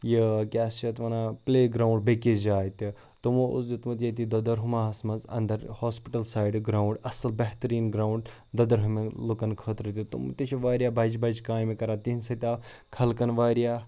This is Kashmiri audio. یہِ کیٛاہ چھِ اَتھ وَنان پٕلے گرٛاوُںٛڈ بیٚکِس جایہِ تہِ تِمو اوس دیُتمُت ییٚتہِ دٔدٕرہُماہَس منٛز اَنٛدَر ہاسپِٹَل سایڈٕ گرٛاوُںٛڈ اَصٕل بہتریٖن گرٛاوُنٛڈ دٔدٕرہٲمہِ لُکَن خٲطرٕ دیُت تم تہِ چھِ واریاہ بَجہِ بَجہِ کامہِ کَران تِہِںٛدِ سۭتۍ آو خلقَن واریاہ